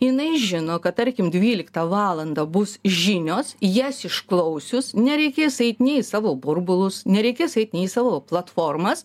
jinai žino kad tarkim dvyliktą valandą bus žinios jas išklausius nereikės eit nei į savo burbulus nereikės eit nei į savo platformas